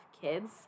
kids